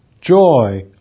joy